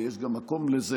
ויש גם מקום לזה,